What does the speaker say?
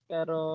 Pero